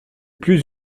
plus